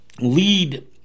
Lead